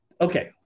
Okay